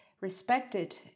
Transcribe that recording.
respected